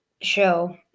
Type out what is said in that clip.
show